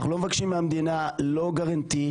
אנחנו לא מבקשים מהמדינה לא מענקים,